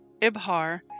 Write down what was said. Ibhar